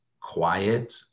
quiet